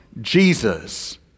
Jesus